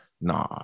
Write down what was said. Nah